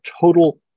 total